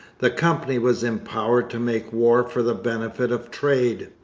the company was empowered to make war for the benefit of trade.